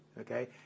okay